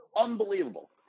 Unbelievable